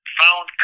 found